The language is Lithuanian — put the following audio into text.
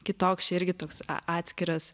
kitoks čia irgi toks a atskiras